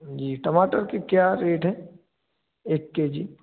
जी टमाटर की क्या रेट है एक के जी